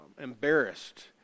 embarrassed